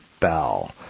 Bell